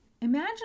Imagine